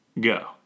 Go